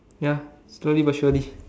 ya slowly but surely